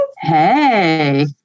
Hey